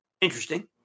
Interesting